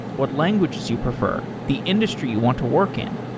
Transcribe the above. what languages you prefer, the industry you want to work in,